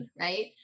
right